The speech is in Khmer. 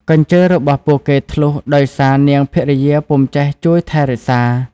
កញ្ជើរបស់ពួកគេធ្លុះដោយសារនាងភរិយាពុំចេះជួយថែរក្សា។